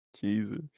jesus